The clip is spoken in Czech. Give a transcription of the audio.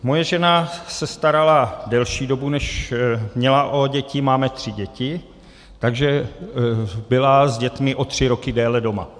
Moje žena se starala delší dobu, než měla, o děti, máme tři děti, takže byla s dětmi o tři roky déle doma.